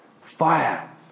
Fire